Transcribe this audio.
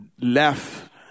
left